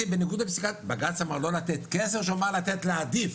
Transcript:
בניגוד לפסיקת בג"ץ בג"ץ אמר לא לתת כסף או שהוא אמר להעדיף,